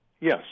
Yes